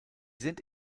sind